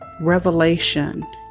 revelation